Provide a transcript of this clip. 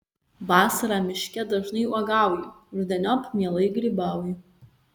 vasarą miške dažnai uogauju rudeniop mielai grybauju